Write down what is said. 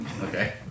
Okay